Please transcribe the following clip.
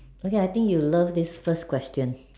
okay I think you love this first question